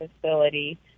facility